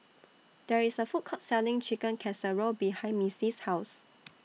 There IS A Food Court Selling Chicken Casserole behind Missie's House